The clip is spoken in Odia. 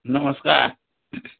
ନମସ୍କାର